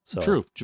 True